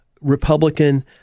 Republican